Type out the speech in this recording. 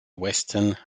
weston